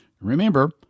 Remember